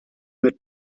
mit